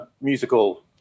musical